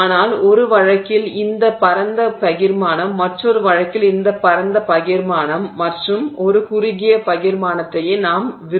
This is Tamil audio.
ஆனால் ஒரு வழக்கில் இந்த பரந்த குறுகிய பகிர்மானம் மற்றொறு வழக்கில் இந்த பரந்த அகன்ற பகிர்மானம் மற்றும் ஒரு குறுகிய பகிர்மானத்தையே நாம் விரும்புகிறோம்